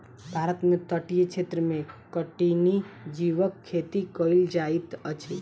भारत में तटीय क्षेत्र में कठिनी जीवक खेती कयल जाइत अछि